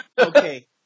okay